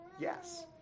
Yes